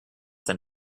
than